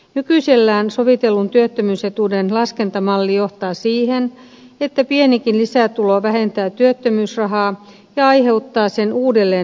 nykyisellään sovitellun työttömyysetuuden laskentamalli johtaa siihen että pienikin lisätulo vähentää työttömyysrahaa ja aiheuttaa sen uudelleen määrittelemisen